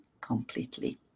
completely